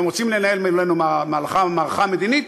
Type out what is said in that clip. אתם רוצים לנהל מולנו מערכה מדינית,